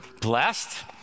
blessed